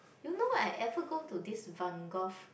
you know what I ever go to this Van-Gogh